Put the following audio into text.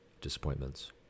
disappointments